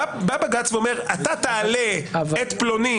בא בג"ץ ואומר: אתה תעלה את פלוני,